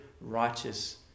righteous